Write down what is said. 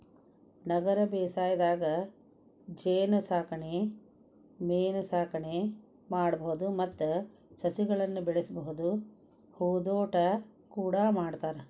ನಗರ ಬೇಸಾಯದಾಗ ಜೇನಸಾಕಣೆ ಮೇನಸಾಕಣೆ ಮಾಡ್ಬಹುದು ಮತ್ತ ಸಸಿಗಳನ್ನ ಬೆಳಿಬಹುದು ಹೂದೋಟ ಕೂಡ ಮಾಡ್ತಾರ